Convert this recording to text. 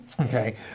Okay